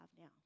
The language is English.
now